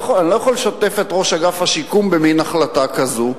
אני לא יכול לשתף את ראש אגף השיקום במין החלטה כזאת.